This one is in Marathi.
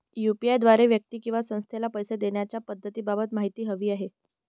यू.पी.आय द्वारे व्यक्ती किंवा संस्थेला पैसे देण्याच्या पद्धतींबाबत माहिती हवी आहे